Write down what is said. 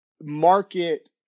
market